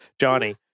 Johnny